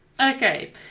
Okay